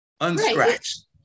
unscratched